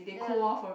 ya